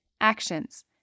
actions